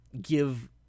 give